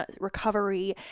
recovery